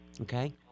okay